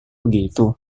begitu